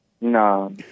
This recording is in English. No